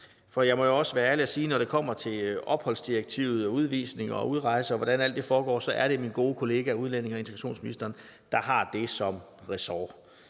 for jeg må også være ærlig og sige, at når det kommer til opholdsdirektivet og udvisning og udrejse, og hvordan alt det foregår, så er det min gode kollega udlændinge- og integrationsministeren, der har det som ressort.